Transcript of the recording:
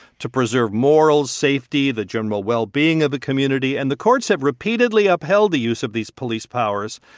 to preserve morals, safety, the general well-being of the community. and the courts have repeatedly upheld the use of these police powers,